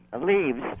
leaves